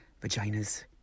vagina's